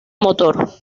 motor